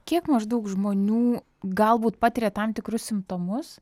kiek maždaug žmonių galbūt patiria tam tikrus simptomus